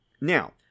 Now